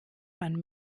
man